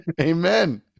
Amen